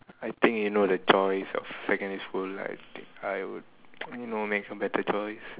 I think you know the choice of secondary school like I would you know make some better choice